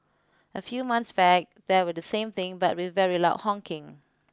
a few months back there was the same thing but with very loud honking